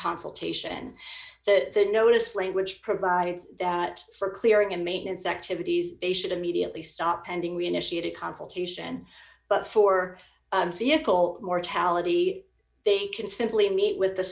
consultation that the notice language provides that for clearing and maintenance activities they should immediately stop pending reinitiated consultation but for vehicle mortality they can simply meet with the